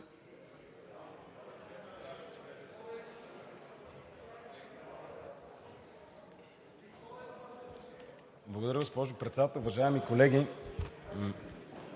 Благодаря, госпожо Председател. Уважаеми колеги,